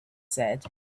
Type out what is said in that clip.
said